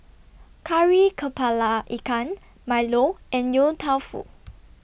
Kari Kepala Ikan Milo and Yong Tau Foo